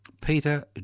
Peter